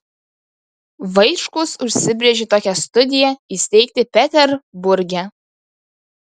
vaičkus užsibrėžė tokią studiją įsteigti peterburge